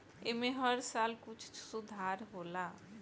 ऐमे हर साल कुछ सुधार होला